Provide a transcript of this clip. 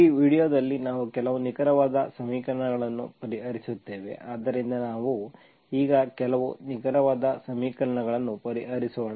ಈ ವೀಡಿಯೊದಲ್ಲಿ ನಾವು ಕೆಲವು ನಿಖರವಾದ ಸಮೀಕರಣಗಳನ್ನು ಪರಿಹರಿಸುತ್ತೇವೆ ಆದ್ದರಿಂದ ನಾವು ಈಗ ಕೆಲವು ನಿಖರವಾದ ಸಮೀಕರಣಗಳನ್ನು ಪರಿಹರಿಸೋಣ